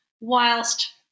whilst